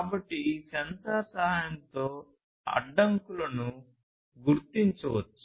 కాబట్టి ఈ సెన్సార్ సహాయంతో అడ్డంకులను గుర్తించవచ్చు